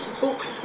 books